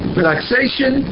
relaxation